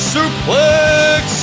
Suplex